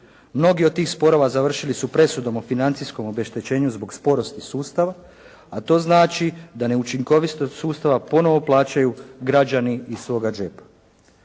Mnogi od tih sporova završili su presudom o financijskom obeštećenju zbog sporosti sustava, a to znači da neučinkovitost sustava ponovo plaćaju građani iz svoga džepa.